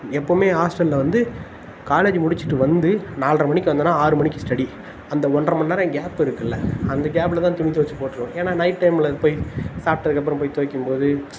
எப்பவுமே ஹாஸ்டலில் வந்து காலேஜ்ஜு முடிச்சுட்டு வந்து நால்ரை மணிக்கு வந்தேன்னால் ஆறு மணிக்கு ஸ்டடி அந்த ஒன்றரை மணி நேரம் கேப் இருக்கில்ல அந்த கேப்பில் தான் துணி துவச்சி போட்டுருவேன் ஏன்னால் நைட் டைமில் போய் சாப்பிட்டதுக்கப்றம் போய் துவைக்கும் போது